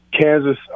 Kansas